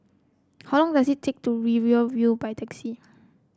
how long does it take to Riverina View by taxi